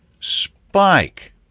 spike